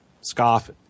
Scoff